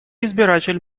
избиратель